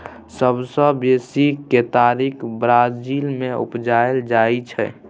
सबसँ बेसी केतारी ब्राजील मे उपजाएल जाइ छै